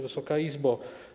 Wysoka Izbo!